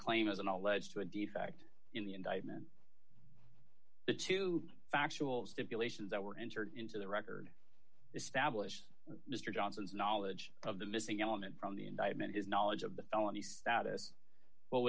claim as an alleged to a defect in the indictment the two factual stipulations that were entered into the record established mr johnson's knowledge of the missing element from the indictment his knowledge of the felony status